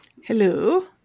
Hello